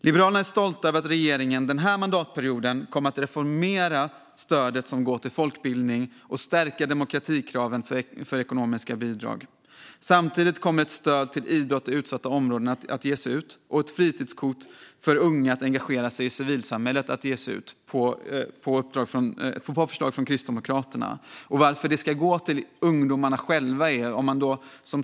Liberalerna är stolta över att regeringen den här mandatperioden kommer att reformera det stöd som går till folkbildning och stärka demokratikraven för ekonomiska bidrag. Samtidigt kommer det att ges stöd till idrott i utsatta områden och ett fritidskort till unga för att de ska engagera sig i civilsamhället, på förslag från Kristdemokraterna. Varför ska stödet gå till ungdomarna själva?